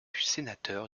sénateur